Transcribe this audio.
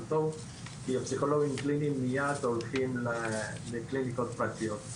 טוב כי פסיכולוגים קלינים מיד הולכים לקליניקות פרטיות.